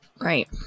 Right